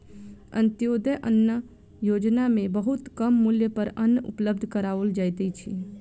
अन्त्योदय अन्न योजना में बहुत कम मूल्य पर अन्न उपलब्ध कराओल जाइत अछि